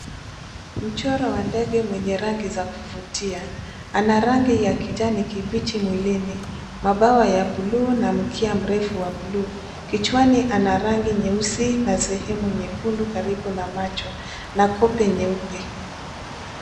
Mchoro wa ndege mwenye rangi za kuvutia. Ana rangi ya kijani kibichi mwilini. Mabawa ya buluu na mkia mrefu wa bluu. Kichwani ana rangi nyeusi na sehemu nyekundu karibu na macho na kope nyeupe.